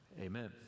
amen